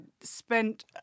spent